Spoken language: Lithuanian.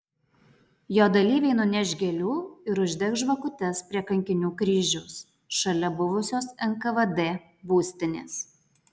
jo dalyviai nuneš gėlių ir uždegs žvakutes prie kankinių kryžiaus šalia buvusios nkvd būstinės